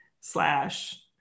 slash